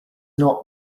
not